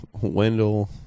Wendell